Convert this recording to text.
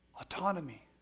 autonomy